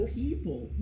people